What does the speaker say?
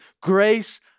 Grace